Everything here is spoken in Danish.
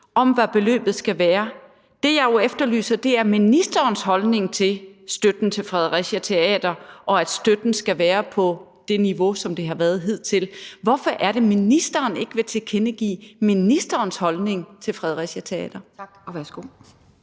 om, hvad beløbet skal være. Det, jeg jo efterlyser, er ministerens holdning til støtten til Fredericia Teater, og at støtten skal være på det niveau, som det har været på hidtil. Hvorfor er det, at ministeren ikke vil tilkendegive sin holdning til Fredericia Teater? Kl.